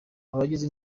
abagize